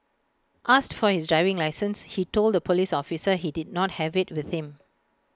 asked for his driving licence he told the Police officer he did not have IT with him